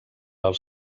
als